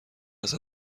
است